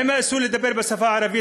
האם האיסור לדבר בשפה הערבית,